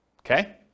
Okay